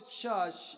church